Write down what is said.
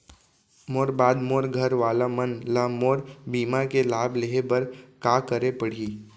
मोर बाद मोर घर वाला मन ला मोर बीमा के लाभ लेहे बर का करे पड़ही?